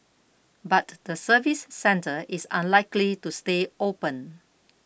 but the service centre is unlikely to stay open